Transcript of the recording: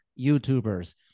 YouTubers